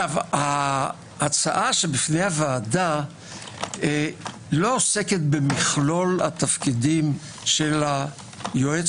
ההצעה שבפני הוועדה לא עוסקת במכלול התפקידים של היועץ